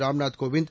Ramnath Kovind